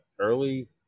early